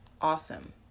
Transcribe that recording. awesome